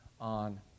on